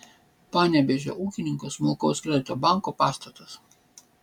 panevėžio ūkininkų smulkaus kredito banko pastatas